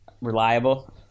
reliable